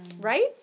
Right